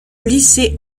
lycée